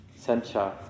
sencha